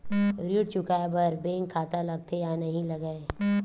ऋण चुकाए बार बैंक खाता लगथे या नहीं लगाए?